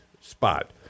spot